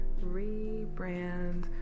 rebrand